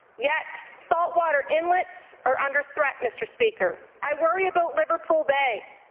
yet fault water inlets are under threat, mr. speaker. i worry about liverpool bay.